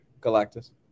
Galactus